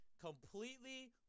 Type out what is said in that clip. completely